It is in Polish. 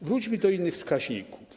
Wróćmy do innych wskaźników.